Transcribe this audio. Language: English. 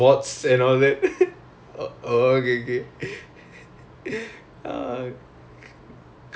ya ya his accent very very thick very very thick ya then very hard to do